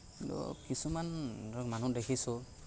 কিন্তু কিছুমান ধৰক মানুহ দেখিছোঁ